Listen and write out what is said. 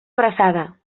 abraçada